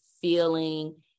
feeling